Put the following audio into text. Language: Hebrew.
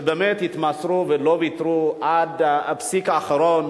שבאמת התמסרו ולא ויתרו עד הפסיק האחרון,